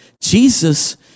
Jesus